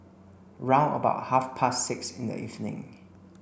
round about half past six in the evening